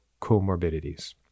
comorbidities